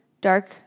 dark